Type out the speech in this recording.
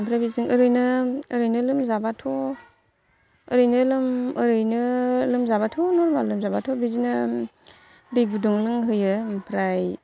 ओमफ्राय बिजों ओरैनो ओरैनो लोमजाबाथ' ओरैनो ओरैनो लोमजाबाथ' नरमाल लोमजाबाथ' बिदिनो दै गुदुं लोंहोयो ओमफ्राय